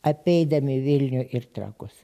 apeidami vilnių ir trakus